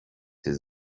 his